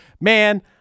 man